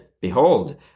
Behold